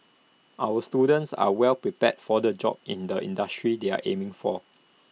our students are well prepared for the jobs in the industries they are aiming for